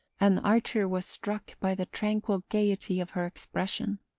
and archer was struck by the tranquil gaiety of her expression.